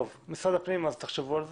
משרד הפנים, תחשבו על זה.